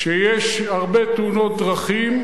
כשיש הרבה תאונות דרכים,